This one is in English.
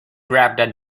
grabbed